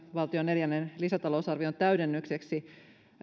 valtion neljännen lisätalousarvion täydennykseksi